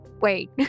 Wait